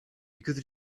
because